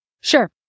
Sure